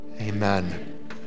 amen